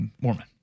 Mormon